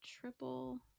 triple